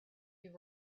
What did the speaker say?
you